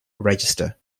register